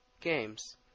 games